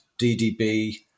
DDB